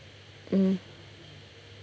mmhmm